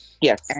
Yes